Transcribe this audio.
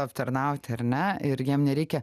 aptarnauti ar ne ir jiem nereikia